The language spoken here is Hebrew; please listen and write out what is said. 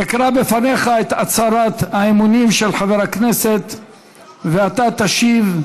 אקרא בפניך את הצהרת האמונים של חבר הכנסת ואתה תשיב: